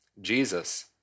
Jesus